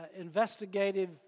investigative